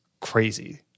crazy